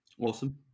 Awesome